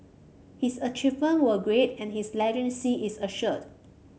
his achievement were great and his legacy is assured